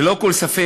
ללא כל ספק,